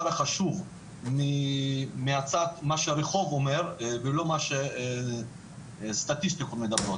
החשוב מהצד מה שהרחוב אומר ולא מה שסטטיסטיקות מדברות